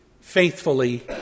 faithfully